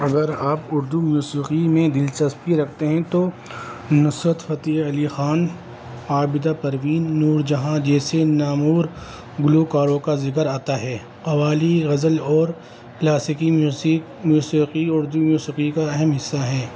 اگر آپ اردو موسیقی میں دلچسپی رکھتے ہیں تو نصرت فتح علی خان عابدہ پروین نور جہاں جیسے نامور گلوکاروں کا ذکر آتا ہے قوالی غزل اور کلاسیکی میوسیک موسیقی اردو موسیقی کا اہم حصہ ہے